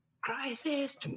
Crisis